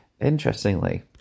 Interestingly